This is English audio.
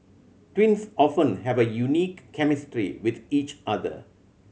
twins often have a unique chemistry with each other